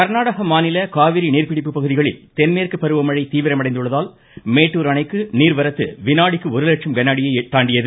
கர்நாடக மாநில காவிரி நீர்பிடிப்பு பகுதிகளில் தென்மேற்கு பருவமழை தீவிரமடைந்துள்ளதால் மேட்டுர் அணைக்கு நீர்வரத்து வினாடிக்கு ஒரு லட்சம் கனஅடியை தாண்டியது